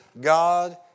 God